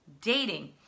dating